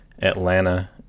Atlanta